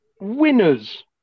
Winners